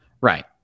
Right